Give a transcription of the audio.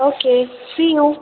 okay see you